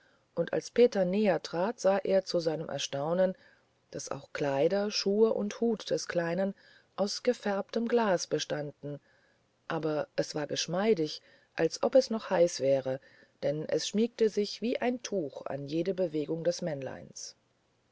und als peter näher trat sah er zu seinem erstaunen daß auch kleider schuhe und hut des kleinen aus gefärbtem glas bestanden aber es war geschmeidig als ob es noch heiß wäre denn es schmiegte sich wie ein tuch nach jeder bewegung des männleins